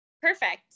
Perfect